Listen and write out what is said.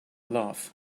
love